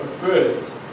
first